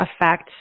affect